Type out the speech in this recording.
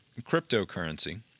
cryptocurrency